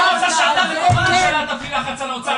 אני רוצה שאתה תפעיל לחץ על האוצר,